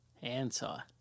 Handsaw